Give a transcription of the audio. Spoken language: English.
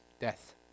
death